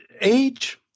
age